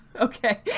Okay